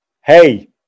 Hey